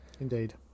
Indeed